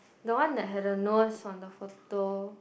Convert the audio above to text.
the one that had a nose on the photo